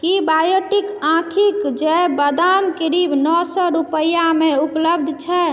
की Biotique आँखिक जैव बादाम क्रीम सए रूपैआमे उपलब्ध छै